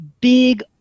big